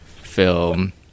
film